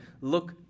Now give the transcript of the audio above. look